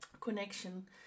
connection